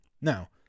now